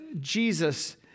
Jesus